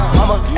Mama